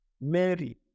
Mary